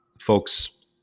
folks